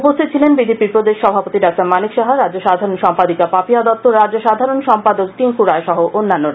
উপস্থিত ছিলেন বিজেপির প্রদেশ সভাপতি ডাক্তার মানিক সাহা রাজ্য সাধারণ সম্পাদিকা পাপিয়া দত্ত রাজ্য সাধারণ সম্পাদক টিংকু রায় সহ অন্যান্যরা